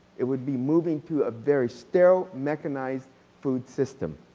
it would be moving to a very sterile, mechanized food system.